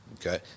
Okay